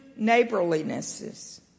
neighborlinesses